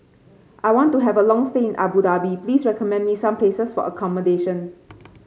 I want to have a long stay in Abu Dhabi please recommend me some places for accommodation